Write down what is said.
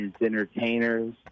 entertainers